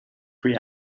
free